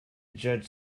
judge